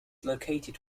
located